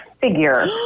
figure